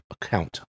account